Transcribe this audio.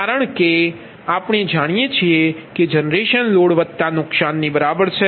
કારણ કે આપણે જાણીએ છીએ કે જનરેશન લોડ વત્તા નુકસાનની બરાબર છે